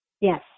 Yes